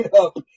up